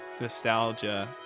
nostalgia